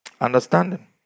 Understanding